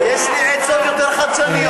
יש לי עצות יותר חדשניות.